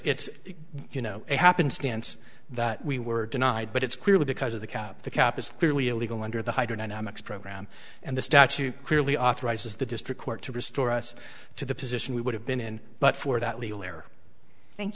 it's you know a happenstance that we were denied but it's clearly because of the cap the cap is clearly illegal under the hydrodynamics program and the statute clearly authorizes the district court to restore us to the position we would have been in but for that legal error thank